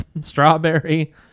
strawberry